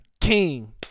king